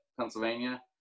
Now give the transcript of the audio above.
Pennsylvania